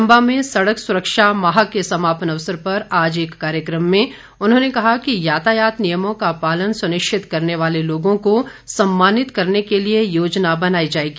चंबा में सड़क सुरक्षा माह के समापन अवसर पर आज एक कार्यक्रम में उन्होंने कहा कि यातायात नियमों का पालन सुनिश्चित करने वाले लोगों को सम्मानित करने के लिए योजना बनाई जाएगी